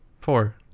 Four